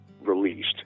released